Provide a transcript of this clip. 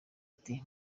ati